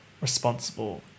Responsible